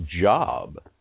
job